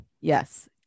Yes